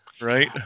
Right